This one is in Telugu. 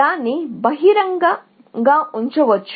దాన్ని బహిరంగంగా ఉంచవద్దు